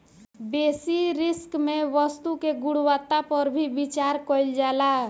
बेसि रिस्क में वस्तु के गुणवत्ता पर भी विचार कईल जाला